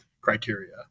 criteria